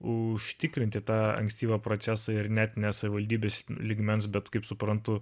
užtikrinti tą ankstyvą procesą ir net ne savivaldybės lygmens bet kaip suprantu